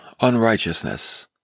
unrighteousness